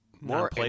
More